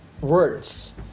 words